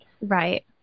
Right